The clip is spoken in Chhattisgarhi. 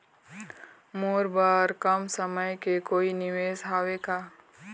मोर बर कम समय के कोई निवेश हावे का?